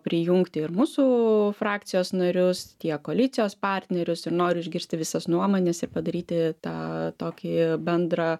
prijungti ir mūsų frakcijos narius tiek koalicijos partnerius ir noriu išgirsti visas nuomones ir padaryti tą tokį bendrą